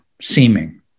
seeming